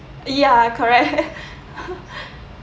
ya correct